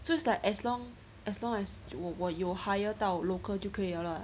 so its like as long as long as 我有 hire 到 local 就可以了